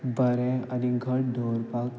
बरें आनी घट दवरपाक